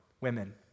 women